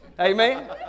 Amen